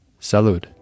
Salud